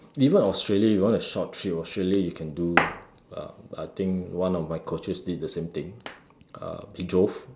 even Australia you want a short trip Australia you can do um I think one of my coaches did the same thing um he drove